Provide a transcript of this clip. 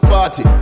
Party